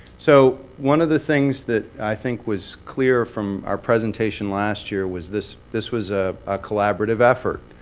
so one of the things that i think was clear from our presentation last year was this this was ah a collaborative effort.